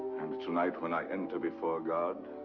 and tonight when i enter before god.